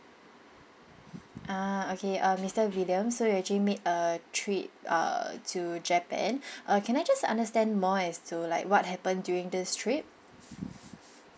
ah okay uh mister william so you actually made a trip uh to japan uh can I just understand more as to like what happened during this trip